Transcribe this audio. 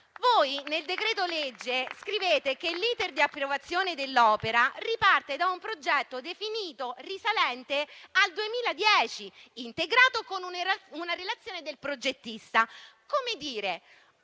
Nel decreto-legge, voi scrivete che l'*iter* di approvazione dell'opera riparte da un progetto definito risalente al 2010, integrato con una relazione del progettista. Come a dire: